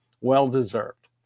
Well-deserved